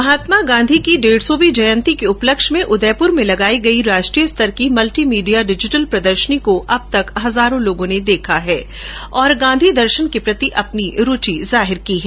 महात्मा गांधी की डेढ सौंवी जयन्ती के उपलक्ष्य में उदयपुर में लगाई गई राष्ट्रीय स्तर की मल्टीमीडिया डिजिटल प्रदर्शनी को अब तक हजारों लोगों ने देखा है और गांधी दर्शन के प्रति अपनी रूचि जाहिर की है